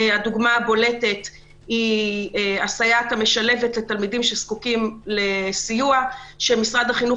הדוגמה הבולטת זה הסייעת המשלבת לתלמידים שזקוקים לסיוע שמשרד החינוך